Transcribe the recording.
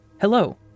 Hello